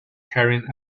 carrying